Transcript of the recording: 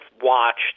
watched –